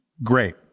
great